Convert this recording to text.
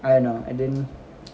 I know and then